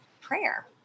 prayer